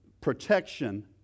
protection